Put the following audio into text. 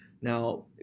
Now